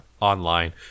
online